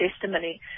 testimony